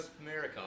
America